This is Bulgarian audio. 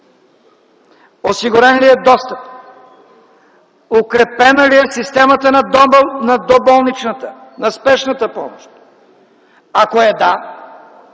осигурен ли е достъп, укрепена ли е системата на доболничната, на спешната помощ? Ако е да,